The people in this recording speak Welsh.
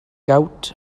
gowt